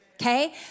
Okay